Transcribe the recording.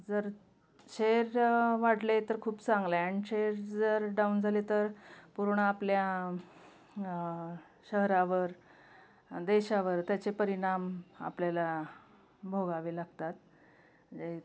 जर शेअर वाढले तर खूप चांगलं आहे अन शेअर जर डाऊन झाले तर पूर्ण आपल्या शहरावर देशावर त्याचे परिणाम आपल्याला भोगावे लागतात जे